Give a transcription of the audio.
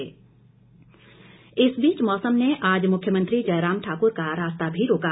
मुख्यमंत्री इस बीच मौसम ने आज मुख्यमंत्री जयराम ठाकुर का रास्ता भी रोका